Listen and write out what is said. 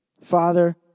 Father